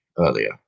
earlier